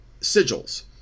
sigils